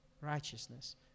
righteousness